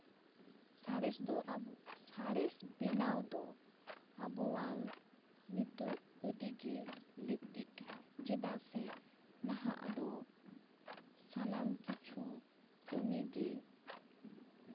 ᱥᱟᱬᱮᱥ ᱫᱚ ᱟᱵᱚ ᱥᱟᱬᱮᱥ ᱵᱮᱱᱟᱣ ᱫᱚ ᱟᱵᱚᱣᱟᱝ ᱱᱤᱛᱚᱜ ᱟᱹᱰᱤᱜᱮ ᱞᱟᱹᱠᱛᱤᱜ ᱠᱟᱱᱟ ᱪᱮᱫᱟᱜ ᱥᱮ ᱱᱟᱦᱟᱜ ᱫᱚ ᱥᱟᱱᱟᱢ ᱠᱤᱪᱷᱩ ᱠᱟᱹᱢᱤᱜᱮ